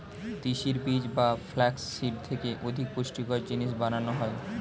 তিসির বীজ বা ফ্লাক্স সিড থেকে অধিক পুষ্টিকর জিনিস বানানো হয়